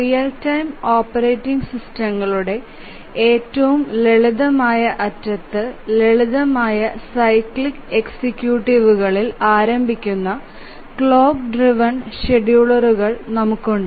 real time operating സിസ്റ്റങ്ങളുടെ ഏറ്റവും ലളിതമായ അറ്റത്ത് ലളിതമായ സൈക്ലിക് എക്സിക്യൂട്ടീവുകളിൽ ആരംഭിക്കുന്ന ക്ലോക്ക് ഡ്രൈവ്എൻ ഷെഡ്യൂളറുകൾ നമുക്കുണ്ട്